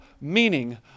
meaning